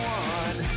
one